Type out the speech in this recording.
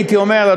הייתי אומר,